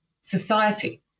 society